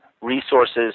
resources